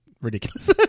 Ridiculous